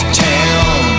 town